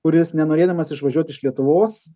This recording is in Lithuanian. kuris nenorėdamas išvažiuot iš lietuvos